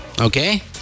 Okay